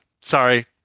Sorry